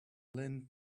lindsey